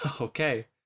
Okay